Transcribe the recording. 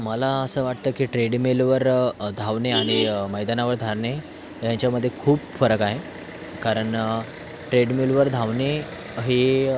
मला असं वाटतं की ट्रेडमिलवर धावणे आणि मैदानावर धावणे ह्याच्यामध्ये खूप फरक आहे कारण ट्रेडमिलवर धावणे हे